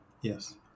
Yes